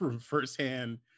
firsthand